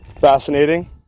Fascinating